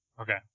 Okay